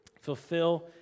fulfill